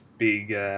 big